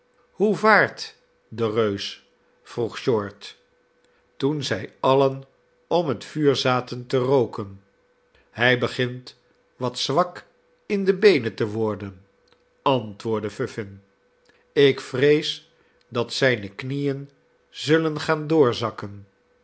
hoe vaart de reus vroeg short toen zij alien om het vuur zaten te rooken hij begint wat zwak in de beenen te worden antwoordde vuffin ik vrees dat zijne knieen zullen gaan doorzakken